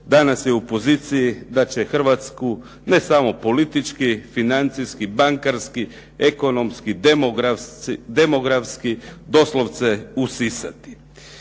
danas je u poziciji da će Hrvatsku ne samo politički, financijski, bankarski, ekonomski, demografski doslovce usisati.